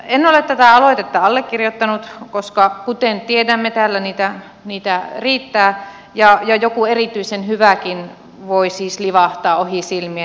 en ole tätä aloitetta allekirjoittanut koska kuten tiedämme täällä niitä riittää ja joku erityisen hyväkin voi siis livahtaa ohi silmien